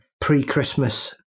pre-Christmas